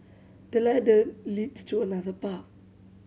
the ladder leads to another path